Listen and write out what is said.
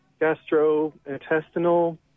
gastrointestinal